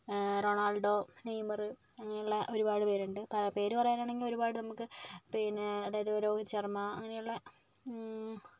Ronaldo Neymar അങ്ങനെയുള്ള ഒരുപാട് പേരുണ്ട് പേർ പറയാനാണെങ്കിൽ ഒരുപാട് നമുക്ക് പിന്നെ അതായത് രോഹിത് ശർമ്മ അങ്ങനെയുള്ള